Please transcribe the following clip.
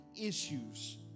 issues